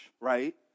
right